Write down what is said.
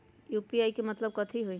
UPI के मतलब कथी होई?